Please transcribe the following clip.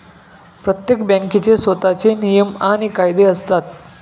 प्रत्येक बँकेचे स्वतःचे नियम आणि कायदे असतात